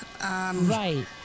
right